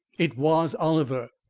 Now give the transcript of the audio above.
it was oliver.